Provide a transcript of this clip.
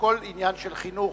של חינוך.